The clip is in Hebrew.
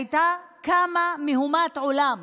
הייתה קמה מהומת עולם